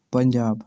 Punjab